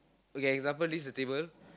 okay example this the table